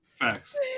Facts